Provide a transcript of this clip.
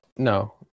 No